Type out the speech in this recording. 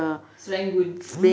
serangoon